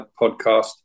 podcast